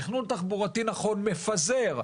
תכנון תחבורתי נכון מפזר,